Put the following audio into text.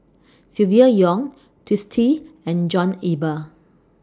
Silvia Yong Twisstii and John Eber